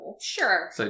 Sure